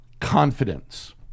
confidence